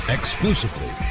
Exclusively